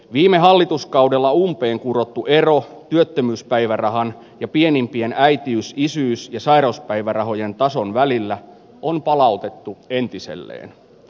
viime hallituskaudella umpeen kurottu eero työttömyyspäivärahan ja pienimpien ai isyys ja sairauspäivärahojen tason välillä on palautettu entiselleen